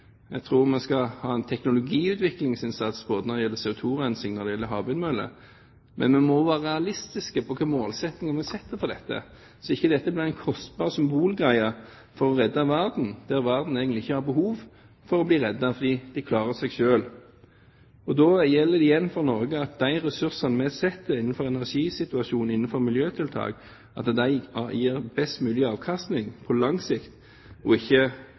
Jeg tror vi skal ha en teknologiutviklingsinnsats både når det gjelder CO2-rensing, og når det gjelder havvindmøller. Men vi må være realistiske med hensyn til hvilke målsettinger vi har for dette, så det ikke blir en kostbar symbolgreie for å redde verden når verden egentlig ikke har behov for å bli reddet, fordi den klarer seg selv. Da gjelder det igjen for Norge at de ressursene vi setter inn innenfor energisituasjonen, innenfor miljøtiltak, gir best mulig avkastning på lang sikt, og ikke